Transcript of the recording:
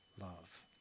love